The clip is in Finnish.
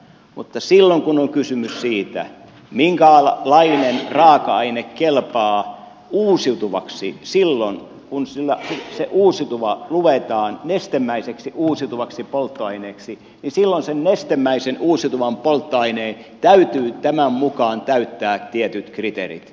mutta silloin kun on kysymys siitä minkälainen raaka aine kelpaa uusiutuvaksi silloin kun se uusiutuva luetaan nestemäiseksi uusiutuvaksi polttoaineeksi niin silloin sen nestemäisen uusiutuvan polttoaineen täytyy tämän mukaan täyttää tietyt kriteerit